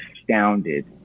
astounded